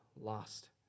lost